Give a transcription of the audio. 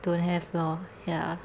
don't have lor ya